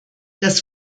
das